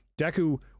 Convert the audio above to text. Deku